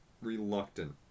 reluctant